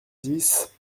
dix